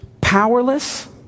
powerless